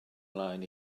mlaen